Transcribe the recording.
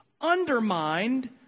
undermined